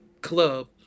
club